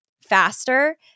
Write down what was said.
faster